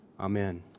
Amen